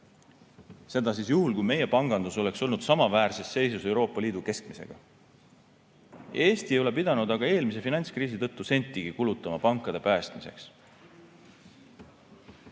seda juhul, kui meie pangandus oleks olnud samaväärses seisus Euroopa Liidu keskmisega. Eesti ei ole pidanud aga eelmise finantskriisi tõttu kulutama pankade päästmiseks